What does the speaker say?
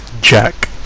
Jack